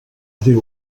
déu